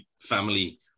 family